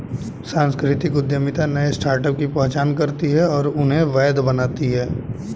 सांस्कृतिक उद्यमिता नए स्टार्टअप की पहचान करती है और उन्हें वैध बनाती है